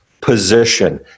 position